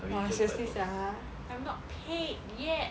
!wah! seriously sia I'm not paid yet